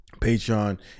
Patreon